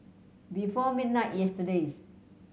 before midnight yesterday